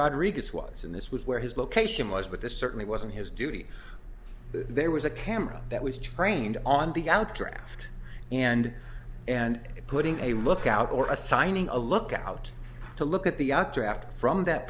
rodriguez was and this was where his location was but this certainly wasn't his duty there was a camera that was trained on the outer aft and and putting a lookout or assigning a lookout to look at the updraft from that